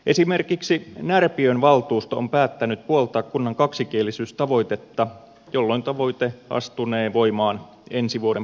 esimerkiksi när piön valtuusto on päättänyt puoltaa kunnan kaksikielisyystavoitetta jolloin tavoite astunee voimaan ensi vuoden puolella